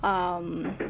um